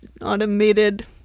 automated